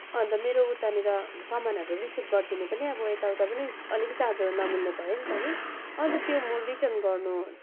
अन्त मेरो उतानिर समानहरू रिसिभ गरिदिने पनि अब यताउता पनि अलिकति चाँजोहरू नमिल्ने भयो नि त नि अन्त त्यो म रिटर्न गर्न